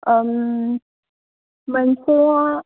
मोनसेया